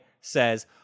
says